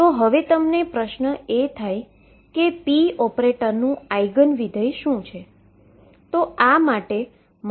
તો હવે પ્રશ્ન એ થાય કે p ઓપરેટરનું આઈગન ફંક્શન શું છે